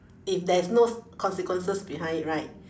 if there is no consequences behind it right